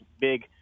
big